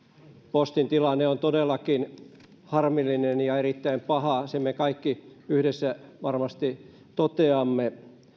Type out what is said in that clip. postin tilanne on todellakin harmillinen ja erittäin paha sen me kaikki yhdessä varmasti toteamme